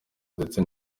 ndetse